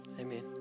Amen